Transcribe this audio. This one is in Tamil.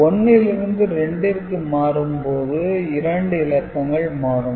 1 லிருந்து 2 ற்கு மாறும்போது இரண்டு இலக்கங்கள் மாறும்